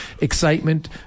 excitement